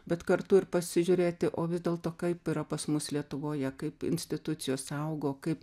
bet kartu ir pasižiūrėti o vis dėlto kaip yra pas mus lietuvoje kaip institucijos saugo kaip